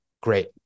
Great